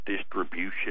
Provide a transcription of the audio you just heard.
distribution